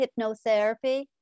hypnotherapy